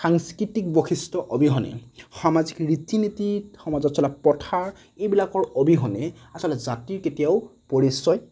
সাংস্কৃতিক বৈশিষ্ট অবিহনে সামাজিক ৰীতি নীতি সমাজত চলা প্ৰথা এইবিলাকৰ অবিহনে আচলতে জাতিৰ কেতিয়াও পৰিচয়